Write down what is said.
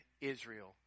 Israel